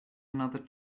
another